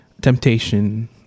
temptation